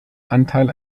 anteil